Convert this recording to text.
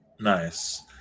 Nice